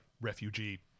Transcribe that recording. refugee